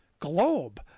globe